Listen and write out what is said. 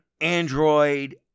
Android